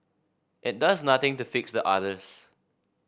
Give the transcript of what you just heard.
it does nothing to fix the others